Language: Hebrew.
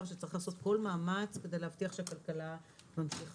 שצריך לעשות כל מאמץ כדי להבטיח שהכלכלה ממשיכה.